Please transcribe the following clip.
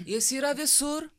jis yra visur